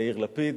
יאיר לפיד,